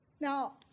Now